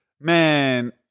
man